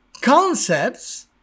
concepts